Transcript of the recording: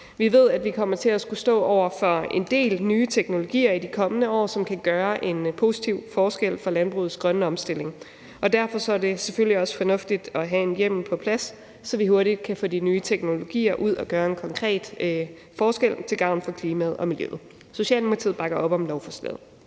Vi ved, at vi kommer til at skulle stå over for en del nye teknologier i de kommende år, som kan gøre en positiv forskel for landbrugets grønne omstilling, og derfor er det selvfølgelig også fornuftigt at have en hjemmel på plads, så vi hurtigt kan få de nye teknologier ud og gøre en konkret forskel til gavn for klimaet og miljøet. Socialdemokratiet bakker op om lovforslaget.